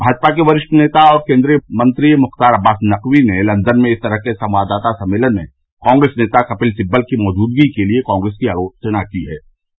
भाजपा के वरिष्ठ नेता और केन्द्रीय मंत्री मुख्तार अब्बास नकवी ने लंदन में इस तरह के संवाददाता सम्मेलन में कांग्रेस नेता कपिल सिब्बल की मौजूदगी के लिए कांग्रेस की आलोचना की ई